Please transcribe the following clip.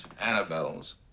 Annabelle's